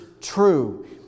true